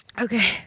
Okay